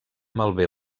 malbé